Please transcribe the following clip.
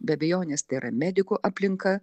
be abejonės tai yra medikų aplinka